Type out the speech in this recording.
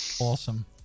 awesome